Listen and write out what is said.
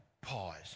pause